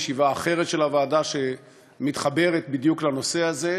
בישיבה אחרת של הוועדה שמתחברת בדיוק לנושא הזה,